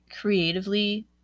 creatively